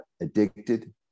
addicted